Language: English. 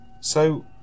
So